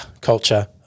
culture